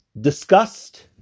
discussed